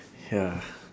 ya